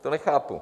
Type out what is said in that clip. To nechápu.